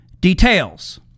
details